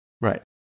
Right